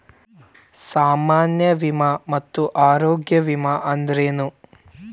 ಸಾಮಾನ್ಯ ವಿಮಾ ಮತ್ತ ಆರೋಗ್ಯ ವಿಮಾ ಅಂದ್ರೇನು?